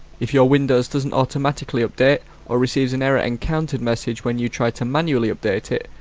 if your windows doesn't automatically update or receives an error encountered message when you try to manually update it,